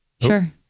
Sure